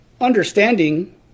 understanding